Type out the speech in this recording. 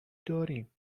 داریم